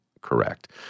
correct